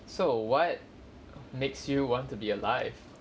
so what makes you want to be alive